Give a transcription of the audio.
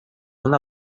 una